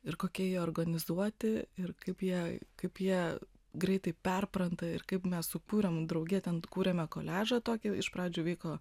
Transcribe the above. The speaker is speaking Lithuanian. ir kokie jie organizuoti ir kaip jie kaip jie greitai perpranta ir kaip mes sukūrėm drauge ten kūrėme koliažą tokį iš pradžių vyko